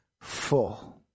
full